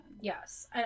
Yes